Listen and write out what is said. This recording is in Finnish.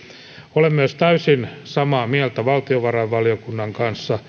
olen myös täysin samaa mieltä valtiovarainvaliokunnan kanssa